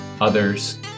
others